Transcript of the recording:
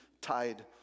tied